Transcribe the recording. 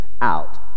out